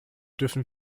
dürfen